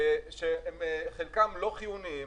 שחלקם לא חיוניים,